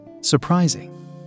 Surprising